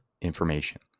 information